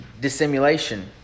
dissimulation